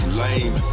lame